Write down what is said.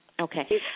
Okay